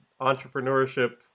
entrepreneurship